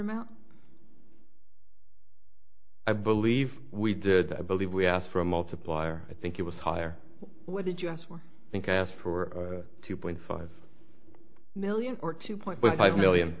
amount i believe we did i believe we asked for a multiplier i think it was higher what it us were think i asked for two point five million or two point five million